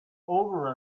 over